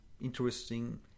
interesting